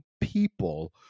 people